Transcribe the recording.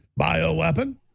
bioweapon